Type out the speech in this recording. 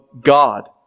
god